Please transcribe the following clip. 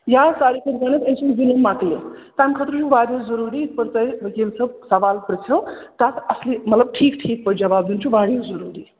یا ساروی کھۄتہٕ گۄڈٕنٮ۪تھ أمۍ سُنٛد ظُلم مَکلہِ تَمہِ خٲطرٕ چھُ واریاہ ضٔروٗری یِتھ پٲٹھۍ تۄہہِ ؤکیٖل صٲب سوال پِرٛژھیو تَتھ اَصلی مطلب ٹھیٖک ٹھیٖک پٲٹھۍ جواب دیُن چھُ واریاہ ضٔروٗری